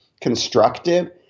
constructive